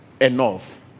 enough